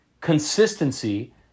Consistency